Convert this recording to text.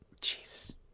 Jesus